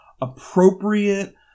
appropriate